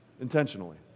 intentionally